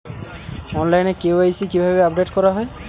অনলাইনে কে.ওয়াই.সি কিভাবে আপডেট করা হয়?